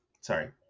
sorry